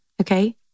Okay